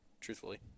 truthfully